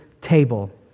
table